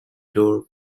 door